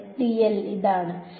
അതെ dl ഇതാണ്